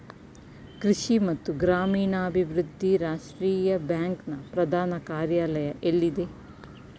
ಕೃಷಿ ಮತ್ತು ಗ್ರಾಮೀಣಾಭಿವೃದ್ಧಿ ರಾಷ್ಟ್ರೀಯ ಬ್ಯಾಂಕ್ ನ ಪ್ರಧಾನ ಕಾರ್ಯಾಲಯ ಎಲ್ಲಿದೆ?